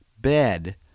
bed